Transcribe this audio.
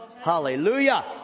Hallelujah